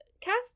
cast